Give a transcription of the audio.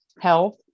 health